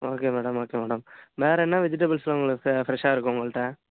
okay madam okay madam வேறே என்ன வெஜிடபிள்ஸ்லாம் உங்கள்கிட்ட ஃப்ரெஷ்ஷாக இருக்கும் உங்கள்கிட்ட